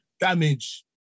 damage